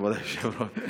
כבוד היושב-ראש.